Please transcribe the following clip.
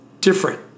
different